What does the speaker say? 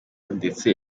ndetse